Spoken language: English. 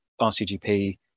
RCGP